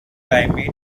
climate